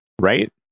right